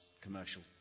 commercial